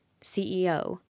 CEO